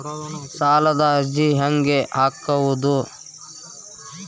ಸಾಲದ ಅರ್ಜಿ ಹೆಂಗ್ ಹಾಕುವುದು?